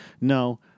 No